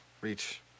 reach